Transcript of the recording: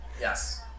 yes